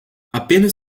apenas